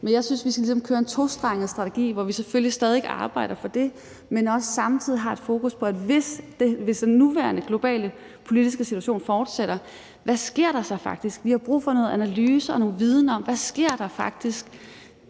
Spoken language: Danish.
Men jeg synes, vi ligesom skal køre en tostrenget strategi, hvor vi selvfølgelig stadig væk arbejder for det, men også samtidig har et fokus på, hvad der så faktisk sker, hvis den nuværende globale politiske situation fortsætter. Vi har brug for nogle analyser og noget viden om, hvad der faktisk